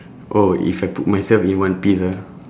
oh if I put myself in one piece ah